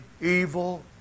evil